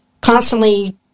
constantly